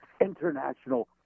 International